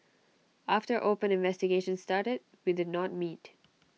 after open investigations started we did not meet